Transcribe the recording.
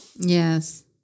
yes